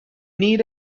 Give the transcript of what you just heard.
need